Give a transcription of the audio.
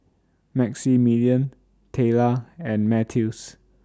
Maximillian Tayla and Mathews